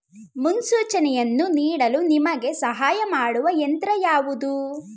ಮುನ್ಸೂಚನೆಯನ್ನು ನೀಡಲು ನಿಮಗೆ ಸಹಾಯ ಮಾಡುವ ಯಂತ್ರ ಯಾವುದು?